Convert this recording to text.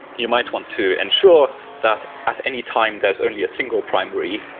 you might want to ensure that at any time, there's only a single primary,